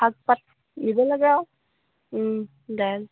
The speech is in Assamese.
শাক পাত নিব লাগে আৰু দাইল